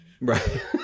right